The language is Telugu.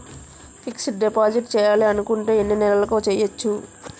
ఫిక్సడ్ డిపాజిట్ చేయాలి అనుకుంటే ఎన్నే నెలలకు చేయొచ్చు?